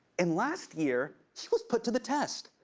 and last year, he was put to the test.